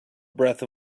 breath